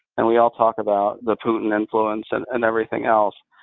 and we all talk about the putin influence and and everything else,